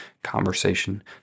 Conversation